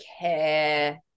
care